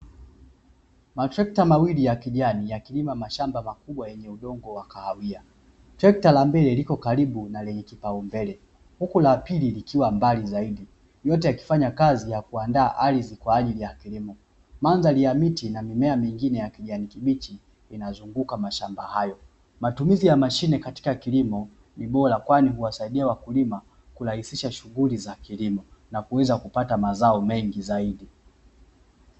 Matrekta mawili ya kijani ya kilima mashamba makubwa yenye udongo wa kahawia. Trekta la mbili liko karibu na lenye kipaumbele huku la pili likiwa mbali zaidi ,yote yakifanya kazi ya kuandaa ardhi kwa ajili ya kilimo, mandhari na mimea mingine ya kijani kibichi inazunguka mashamba hayo matumizi ya mashine katika kilimo ni bora kwani huwasaidia wakulima, kurahisisha shughuli za kilimo na kuweza kupata mazao mengi zaidi.